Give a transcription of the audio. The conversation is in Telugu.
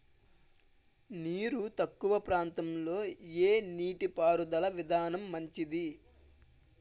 నీరు తక్కువ ప్రాంతంలో ఏ నీటిపారుదల విధానం మంచిది?